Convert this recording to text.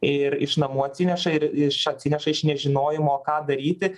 ir iš namų atsineša ir iš atsineša iš nežinojimo ką daryti